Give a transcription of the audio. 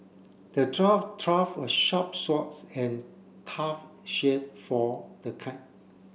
the a sharp swords and tough shield for the